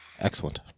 Excellent